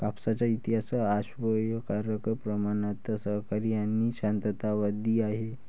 कापसाचा इतिहास आश्चर्यकारक प्रमाणात सहकारी आणि शांततावादी आहे